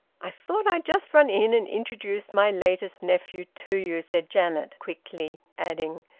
i thought i'd just run in and introduce my latest nephew to you, said janet quickly, adding,